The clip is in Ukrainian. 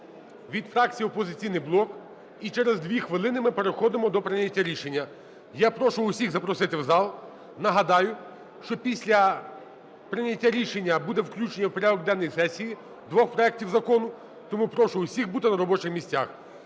від фракції "Опозиційний блок". І через 2 хвилини ми переходимо до прийняття рішення. Я прошу всіх запросити в зал. Нагадаю, що після прийняття рішення буде включення в порядок денний сесії двох проектів закону, тому прошу всіх бути на робочих місцях.